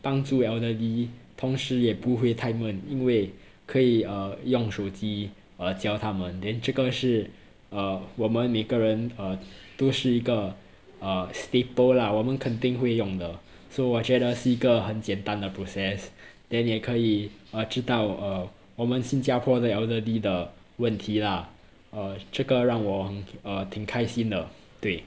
帮助 elderly 同时也不会太闷因为可以用 uh 手机 uh 教他们 then 这个是 err 我们每个人都是一个 uh staple 啦我们肯定会用的 so 我觉得是一个很简单的 process then 也可以啊知道 err 我们新加坡的 elderly 的问题 lah err 这个让我 uh 挺开心的对